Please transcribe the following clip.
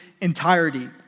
entirety